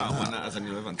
אה אז אני לא הבנתי.